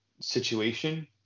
situation